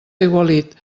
aigualit